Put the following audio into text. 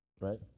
right